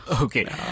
Okay